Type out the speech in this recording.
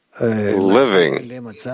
living